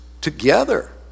together